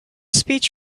speech